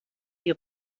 die